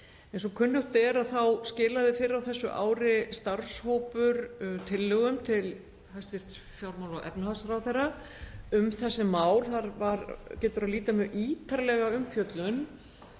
Eins og kunnugt er þá skilaði fyrr á þessu ári starfshópur tillögum til hæstv. fjármála- og efnahagsráðherra um þessi mál. Þar getur að líta mjög ítarlega umfjöllun